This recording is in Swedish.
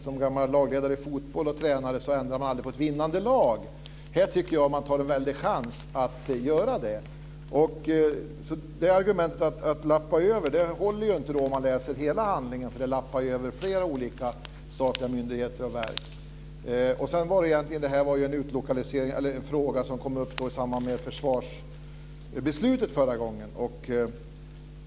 Som gammal lagledare i fotboll och tränare vet jag att man aldrig ändrar på ett vinnande lag. Här tycker jag att man tar en väldig chans genom att göra det. Argumentet att verksamheterna överlappar håller inte om man läser alla handlingarna. Det överlappar mellan flera olika statliga myndigheter och verk. Detta var en fråga som förra gången kom upp i samband med försvarsbeslutet.